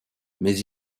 mais